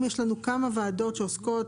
אתמול דנה כאן הוועדה בהצעת